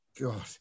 God